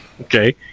okay